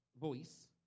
voice